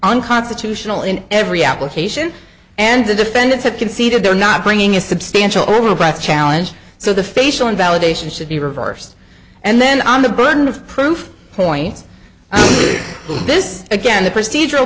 unconstitutional in every application and the defendants have conceded they're not bringing a substantial robust challenge so the facial invalidation should be reversed and then on the burden of proof points this is again the procedur